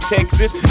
Texas